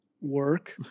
work